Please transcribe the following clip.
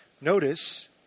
Notice